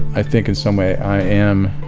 i think in some way i am,